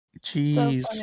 Jeez